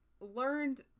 learned